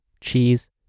cheese